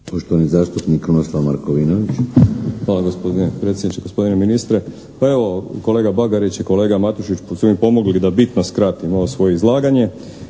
**Markovinović, Krunoslav (HDZ)** Hvala gospodine predsjedniče, gospodine ministre. Pa evo kolega Bagarić i kolega Matušić su mi pomogli da bitno skratim ovo svoje izlaganje